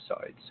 sides